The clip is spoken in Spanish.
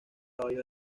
caballo